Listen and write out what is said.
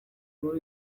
nkuru